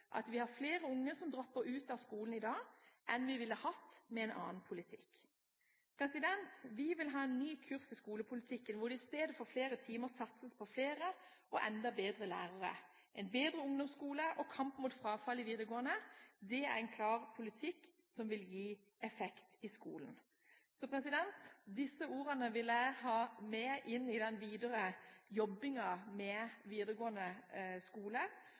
at vi har flere unge som dropper ut av skolen i dag, enn vi ville hatt med en annen politikk. Vi vil ha en ny kurs i skolepolitikken, hvor det i stedet for flere timer satses på flere og enda bedre lærere, en bedre ungdomsskole og kamp mot frafall i videregående. Det er en klar politikk som vil gi effekt i skolen. Disse ordene vil jeg ha med inn i den videre jobbingen med videregående skole,